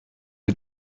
est